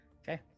Okay